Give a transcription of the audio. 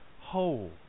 whole